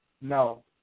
No